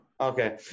okay